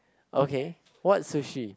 okay what sushi